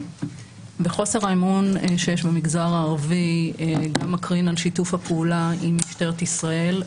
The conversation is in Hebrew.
וחוסר האמון שיש במגזר הערבי גם מקרין על שיתוף הפעולה עם משטרת ישראל,